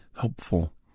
helpful